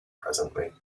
presently